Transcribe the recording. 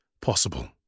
possible